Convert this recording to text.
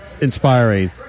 inspiring